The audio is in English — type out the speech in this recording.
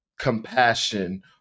compassion